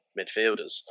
midfielders